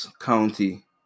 County